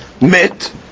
Met